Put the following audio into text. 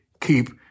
keep